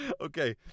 Okay